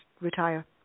retire